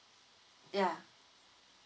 ya